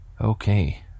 Okay